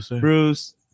Bruce